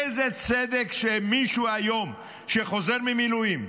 איזה צדק זה שמישהו שהיום חוזר ממילואים,